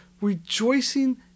rejoicing